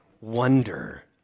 wonder